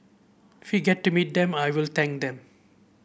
we get to meet them I will thank them